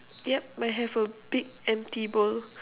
yup I have a big empty bowl